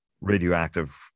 radioactive